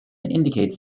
indicates